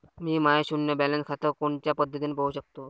मी माय शुन्य बॅलन्स खातं कोनच्या पद्धतीनं पाहू शकतो?